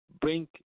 bring